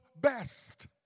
best